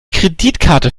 kreditkarte